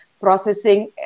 processing